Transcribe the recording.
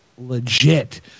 legit